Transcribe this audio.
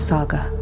Saga